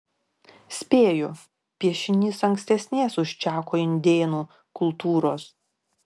spėju piešinys ankstesnės už čako indėnų kultūros